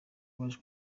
baje